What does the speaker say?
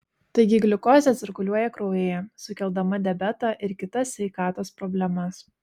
taigi gliukozė cirkuliuoja kraujyje sukeldama diabetą ir kitas sveikatos problemas